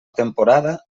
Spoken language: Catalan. temporada